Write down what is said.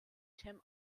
tim